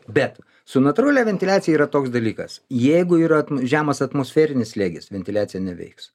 bet su natūralia ventiliacija yra toks dalykas jeigu yra žemas atmosferinis slėgis ventiliacija neveiks